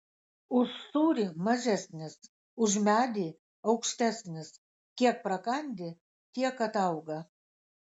už sūrį mažesnis už medį aukštesnis kiek prakandi tiek atauga